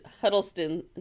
Huddleston